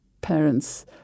parents